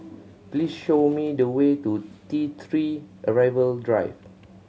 please show me the way to T Three Arrival Drive